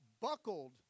buckled